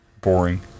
boring